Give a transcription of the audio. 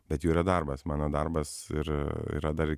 bet jų yra darbas mano darbas ir yra dar